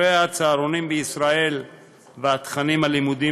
מחירי הצהרונים בישראל והתכנים הלימודיים